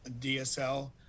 dsl